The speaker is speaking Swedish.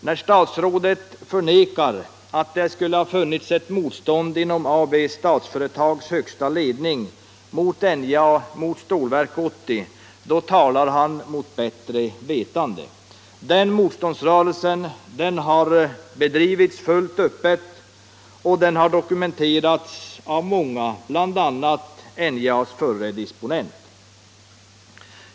När statsrådet förnekar att det skulle ha funnits ett motstånd inom högsta ledningen för Statsföretag AB mot NJA och Stålverk 80 talar han mot bättre vetande. Den motståndsrörelsen har bedrivits fullt öppet och har dokumenterats av många, bl.a. av NJA:s förre disponent.